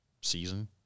season